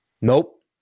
Nope